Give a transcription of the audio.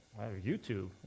YouTube